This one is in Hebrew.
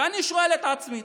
ואני שואל את עצמי,